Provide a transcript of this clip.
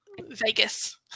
Vegas